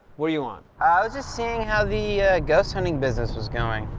what do you want? i was just seeing how the ghost hunting business was going.